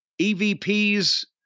EVP's